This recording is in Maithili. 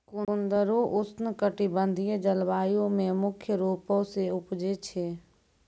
कुंदरु उष्णकटिबंधिय जलवायु मे मुख्य रूपो से उपजै छै